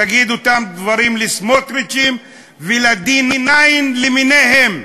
תגיד אותם דברים לסמוטריצים ול-D9 למיניהם,